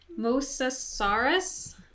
Mosasaurus